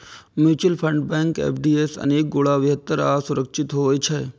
mutual fund bank FD सं अनेक गुणा बेहतर आ सुरक्षित होइ छै